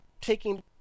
taking